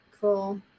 cool